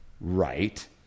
right